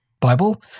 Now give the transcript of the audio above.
Bible